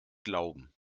glauben